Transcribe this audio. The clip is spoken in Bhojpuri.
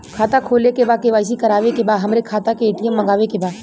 खाता खोले के बा के.वाइ.सी करावे के बा हमरे खाता के ए.टी.एम मगावे के बा?